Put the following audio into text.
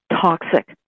toxic